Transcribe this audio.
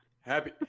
Happy